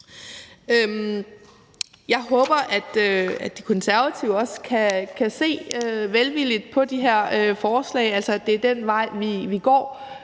Jeg håber, at De Konservative også vil se velvilligt på de her forslag, altså at det er den vej, vi går.